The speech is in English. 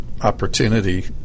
opportunity